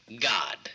God